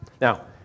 Now